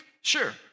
Sure